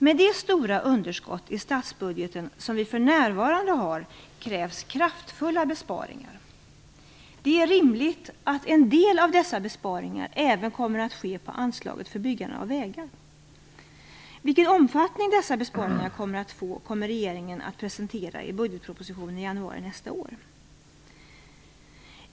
Med det stora underskott i statsbudgeten som vi för närvarande har krävs det kraftfulla besparingar. Det är rimligt att en del av dessa besparingar även kommer att ske på anslaget för byggande av vägar. Vilken omfattning dessa besparingar får kommer regeringen att presentera i budgetpropositionen i januari nästa år.